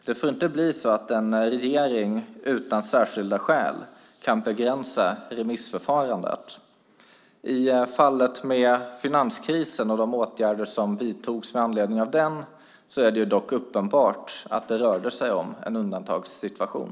Det får inte bli så att en regering utan särskilda skäl kan begränsa remissförfarandet. I fallet med finanskrisen och de åtgärder som vidtogs med anledning av den är det dock uppenbart att det rörde sig om en undantagssituation.